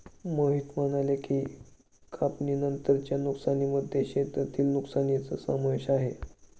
मोहित म्हणाले की, कापणीनंतरच्या नुकसानीमध्ये शेतातील नुकसानीचा समावेश आहे